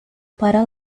para